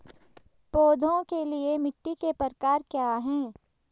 पौधों के लिए मिट्टी के प्रकार क्या हैं?